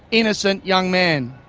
innocent young man.